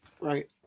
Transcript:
Right